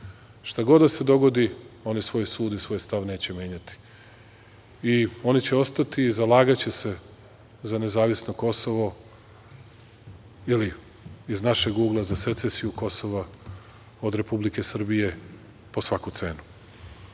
Šta god da se dogodi, oni svoj sud i svoj stav neće menjati. Oni će ostati i zalagaće se za nezavisno Kosovo ili, iz našeg ugla, za secesiju Kosova od Republike Srbije po svaku